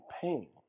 pain